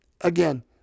again